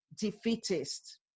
defeatist